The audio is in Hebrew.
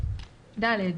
(ד)